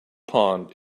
pod